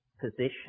position